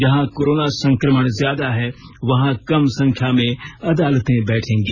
जहां कोरोना संक्रमण ज्यादा है वहां कम संख्या में अदालतें बैठेंगी